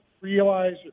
realize